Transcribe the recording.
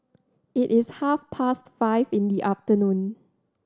it is half past five in the afternoon